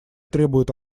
требуют